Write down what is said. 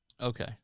Okay